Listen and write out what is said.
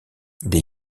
des